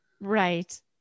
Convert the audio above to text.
Right